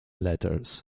letters